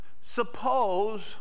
Suppose